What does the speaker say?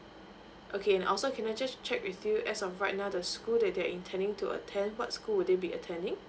okay and also can I just check with you as of right now the school that they're intending to attend what school they'll be attending